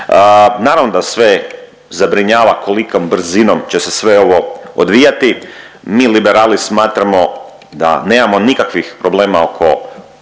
Naravno da sve zabrinjava kolikom brzinom će se sve ovo odvijati. Mi liberali smatramo da nema nikakvih problema oko